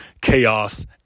chaos